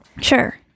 Sure